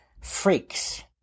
freaks